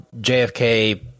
JFK